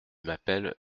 m’appelle